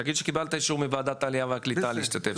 תגיד שקיבלת אישור מוועדת העלייה והקליטה להשתתף שם,